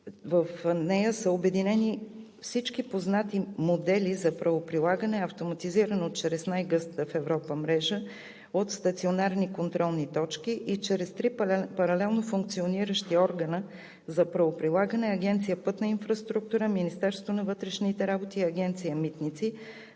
система са обединени всички познати модели за правоприлагане – автоматизирано, чрез най-гъстата в Европа мрежа от стационарни контролни точки, и чрез три паралелно функциониращи органа за правоприлагане – Агенция „Пътна инфраструктура“, Министерството на вътрешните работи и Агенция „Митници“,